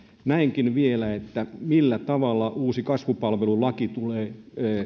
näenkin vielä tärkeänä millä tavalla uusi kasvupalvelulaki tulee